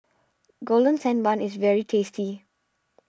Golden Sand Bun is very tasty